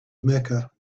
mecca